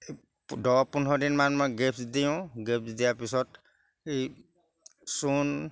এই দহ পোন্ধৰ দিনমান মই গেপ্ছ দিওঁ গেপ্ছ দিয়াৰ পিছত এই চূণ